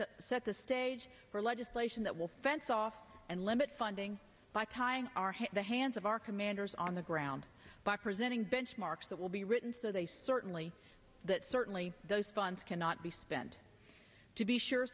to set the stage for legislation that will fence off and limit funding by tying the hands of our commanders on the ground by presenting benchmarks that will be written so they certainly that certainly those funds cannot be spent to be sure